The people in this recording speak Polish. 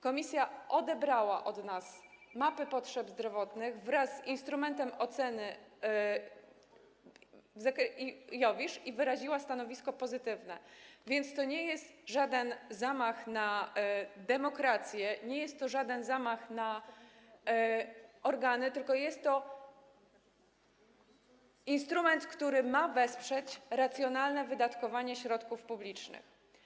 Komisja odebrała od nas mapy potrzeb zdrowotnych wraz z instrumentem oceny IOWISZ i wyraziła pozytywne stanowisko, więc to nie jest żaden zamach na demokrację, to nie jest żaden zamach na organy, tylko to jest instrument, który ma wesprzeć racjonalne wydatkowanie środków publicznych.